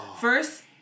First